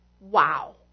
Wow